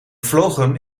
vlogen